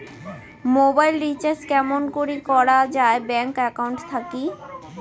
Mobile recharge কেমন করি করা যায় ব্যাংক একাউন্ট থাকি?